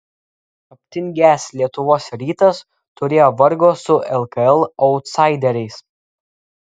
aptingęs lietuvos rytas turėjo vargo su lkl autsaideriais